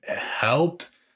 helped